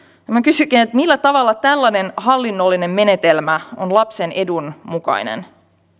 minä kysynkin millä tavalla tällainen hallinnollinen menetelmä on lapsen edun mukainen